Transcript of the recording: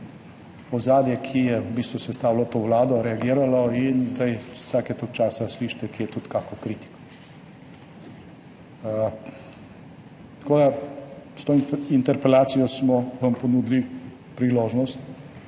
ozadje, ki je v bistvu sestavilo to vlado, reagiralo in zdaj vsake toliko časa slišite kje tudi kakšno kritiko. S to interpelacijo smo vam ponudili priložnost,